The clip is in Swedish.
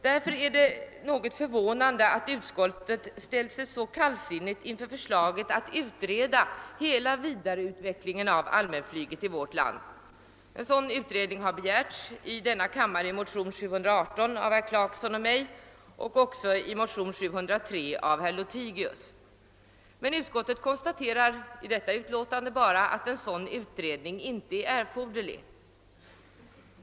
Därför är det något förvånande att utskottet ställt sig så kallsinnigt inför förslaget att utreda hela vidareutvecklingen av allmänflyget i vårt land. En sådan utredning har begärts såväl i motion II: 718 av herr Clarkson och mig som i motionen II: 703 av herr Lothigius, men utskottet konstaterar i detta utlåtande bara att en sådan utredning inte är erforderlig.